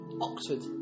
Oxford